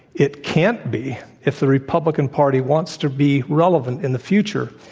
it can't be if the republican party wants to be relevant in the future,